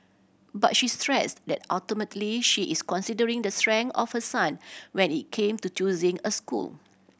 but she stressed that ultimately she is considering the strength of her son when it came to choosing a school